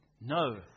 No